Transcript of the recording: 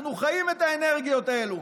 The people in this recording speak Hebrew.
אנחנו חיים את האנרגיות האלה,